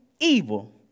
evil